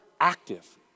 active